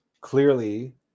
clearly